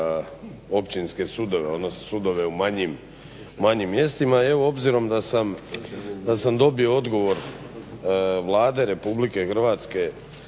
općinske sudove, odnosno sudove u manjim mjestima i evo obzirom da sam dobio odgovor Vlade RH s